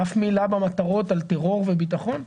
אף מילה במטרות על טרור וביטחון?